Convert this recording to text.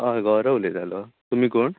हय गौरव उलयतालो तुमी कोण